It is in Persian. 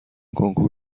کنکور